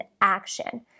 action